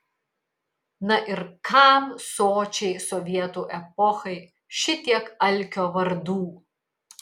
na ir kam sočiai sovietų epochai šitiek alkio vardų